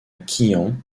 quillan